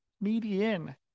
median